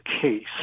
case